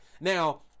now